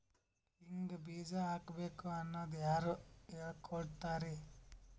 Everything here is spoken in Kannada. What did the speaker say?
ಹಿಂಗ್ ಬೀಜ ಹಾಕ್ಬೇಕು ಅನ್ನೋದು ಯಾರ್ ಹೇಳ್ಕೊಡ್ತಾರಿ?